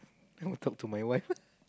I will talk to my wife